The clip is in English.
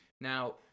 Now